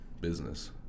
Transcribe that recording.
business